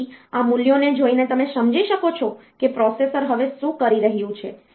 તેથી આ મૂલ્યોને જોઈને તમે સમજી શકો છો કે પ્રોસેસર હવે શું કરી રહ્યું છે